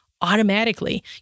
automatically